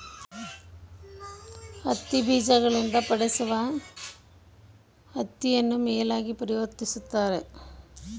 ಹತ್ತಿ ಬೀಜಗಳಿಂದ ಪಡಿಸುವ ಹತ್ತಿಯನ್ನು ಮೇಲಾಗಿ ಪರಿವರ್ತಿಸುತ್ತಾರೆ